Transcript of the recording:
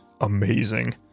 amazing